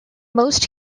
most